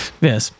Yes